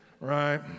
right